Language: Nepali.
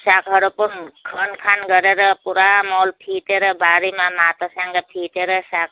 सागहरू पनि खनखान गरेर पुरा मल फिटेर बारीमा माटोसँग फिटेर साग